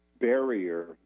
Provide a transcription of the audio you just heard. barrier